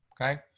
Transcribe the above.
Okay